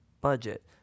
budget